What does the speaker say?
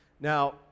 Now